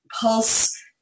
Pulse